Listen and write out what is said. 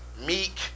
Meek